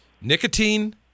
Nicotine